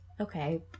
Okay